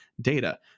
data